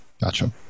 Gotcha